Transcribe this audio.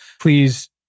please